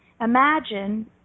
Imagine